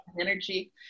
energy